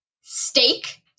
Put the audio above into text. steak